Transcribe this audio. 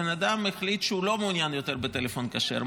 בן אדם החליט שהוא לא מעוניין יותר בטלפון כשר,